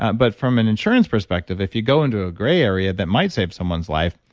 but from an insurance perspective, if you go into a gray area that might save someone's life,